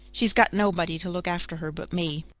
she's got nobody to look after her but me.